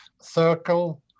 circle